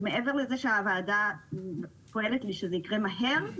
מעבר לזה שהוועדה פועלת כדי שזה יקרה מהר,